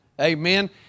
Amen